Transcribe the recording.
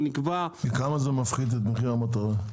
בכמה זה מפחית את מחיר המטרה?